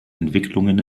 entwicklungen